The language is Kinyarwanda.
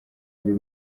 uru